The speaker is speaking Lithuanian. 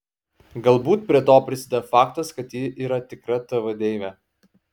galbūt prie to prisideda faktas kad ji yra tikra tv deivė